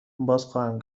بازخواهم